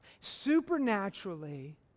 supernaturally